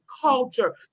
culture